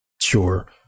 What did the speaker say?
Sure